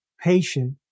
patient